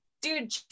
dude